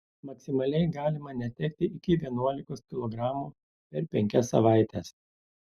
maksimaliai galima netekti iki vienuolikos kilogramų per penkias savaites